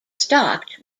stocked